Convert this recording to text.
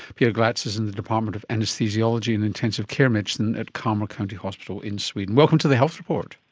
pia glatz is in the department of anaesthesiology and intensive care medicine at kalmar county hospital in sweden. welcome to the health report.